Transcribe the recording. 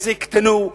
איזה יקטנו,